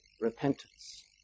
repentance